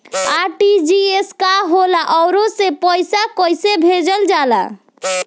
RTGS का होला आउरओ से पईसा कइसे भेजल जला?